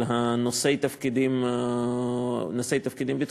על נושאי תפקידים ביטחוניים.